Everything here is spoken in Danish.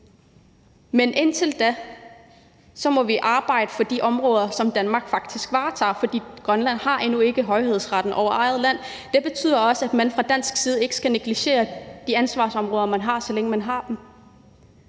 Men indtil da må vi arbejde for de områder, som Danmark faktisk varetager, for Grønland har endnu ikke højhedsretten over eget land. Det betyder også, at man fra dansk side ikke skal negligere de ansvarsområder, man har, så længe man har dem.